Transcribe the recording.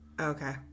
Okay